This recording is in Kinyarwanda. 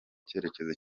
cyerekezo